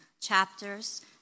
chapters